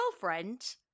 girlfriend